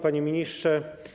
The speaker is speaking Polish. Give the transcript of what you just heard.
Panie Ministrze!